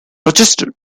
rochester